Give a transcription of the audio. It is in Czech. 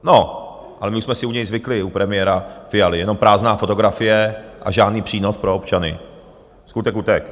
No, ale my už jsme si u něj zvykli, u premiéra Fialy, jenom prázdná fotografie a žádný přínos pro občany, skutek utek.